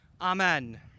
Amen